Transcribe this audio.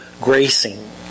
gracing